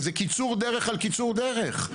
זה קיצור דרך על קיצור דרך.